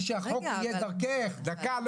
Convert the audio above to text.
החוק יהיה דרכך, דקה.